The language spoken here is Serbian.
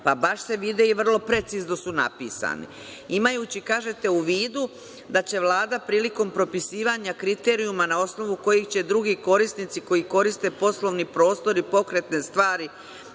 baš se vide i vrlo precizno su napisani, imajući, kažete, u vidu da će Vlada prilikom propisivanja kriterijuma na osnovu kojih će drugi korisnici koji koriste poslovni prostor ili pokretne stvari